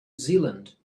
zealand